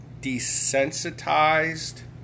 desensitized